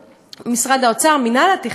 משרד האוצר, מינהל התכנון,